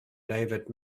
david